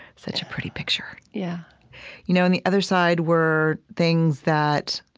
such a pretty picture yeah you know, and the other side were things that